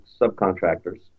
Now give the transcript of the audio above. subcontractors